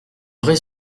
vrai